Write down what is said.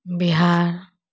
Bihar